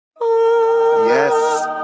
Yes